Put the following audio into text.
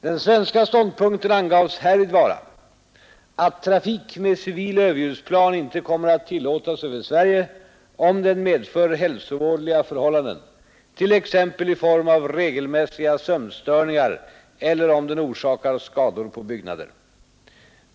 Den svenska ståndpunkten angavs härvid vara att trafik med civila överljudsflygplan inte kommer att tillåtas över Sverige. om den medför hälsovådliga förhållanden, t.ex. i form av regelmässiga sömnstörningar eller om den orsakar skador på byggnader.